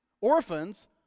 orphans